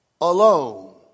alone